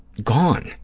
gone.